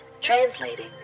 Translating